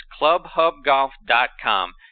clubhubgolf.com